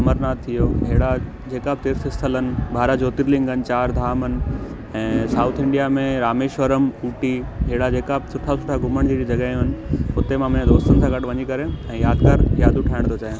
अमरनाथ थी वियो अहिड़ा जेका बि तीर्थु स्थलु आहिनि ॿारह ज्योतिर्लिंग आहिनि चारि धाम आहिनि ऐं साउथ इंडिया में रामेश्वरम ऊटी अहिड़ा जेका बि सुठा सुठा घुमण जहिड़ियूं जॻहियूं आहिनि उते मां मुंहिंजे दोस्तनि सां गॾु वञी करे ऐं यादगार यादूं ठाहिण थो चाहियां